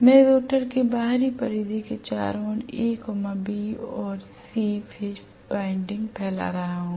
मैं रोटर के बाहरी परिधि के चारों ओर A B और C फेज वाइंडिंग फैला रहा हूं